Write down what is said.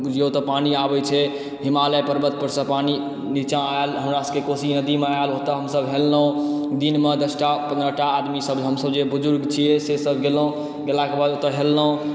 बुझियौ तऽ पानि आबै छै हिमालय पर्वत पर सँ पानि निचा आयल हमरासबके कोशी नदीमे आयल ओतए हमसब हेलहुॅं दिनमे दसटा पन्द्रहटा आदमी सब हमसब जे बुजुर्ग छियै से सब गेलहुॅं गेला के बाद ओतए हेललहुॅं